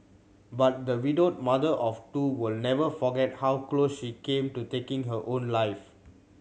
but the widowed mother of two will never forget how close she came to taking her own life